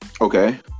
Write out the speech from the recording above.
Okay